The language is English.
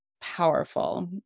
powerful